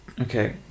Okay